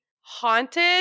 haunted